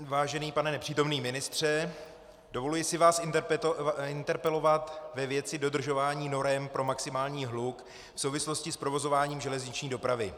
Vážený pane nepřítomný ministře, dovoluji si vás interpelovat ve věci dodržování norem pro maximální hluk v souvislosti s provozováním železniční dopravy.